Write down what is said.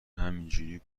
همینجوری